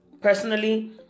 Personally